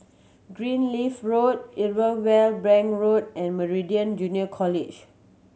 Greenleaf Road Irwell Bank Road and Meridian Junior College